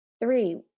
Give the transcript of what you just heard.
Three